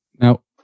Now